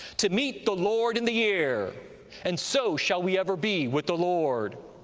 to meet the lord in the air and so shall we ever be with the lord.